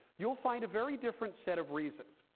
you'll find a very different set of reasons.